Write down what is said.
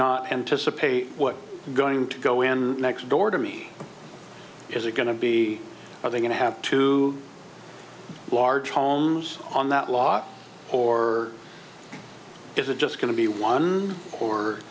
not anticipate what i'm going to go in next door to me is it going to be are they going to have two large homes on that lot or is it just going to be one or